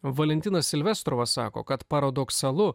valentina silvestro sako kad paradoksalu